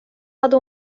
hade